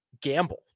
gamble